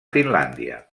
finlàndia